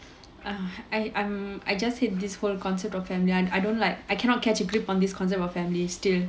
um I I just hate this whole concept of family I don't like I cannot catch a grip on this concept of family still